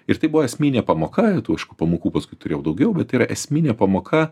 ir tai buvo esminė pamoka aišku pamokų paskui turėjau daugiau bet tai yra esminė pamoka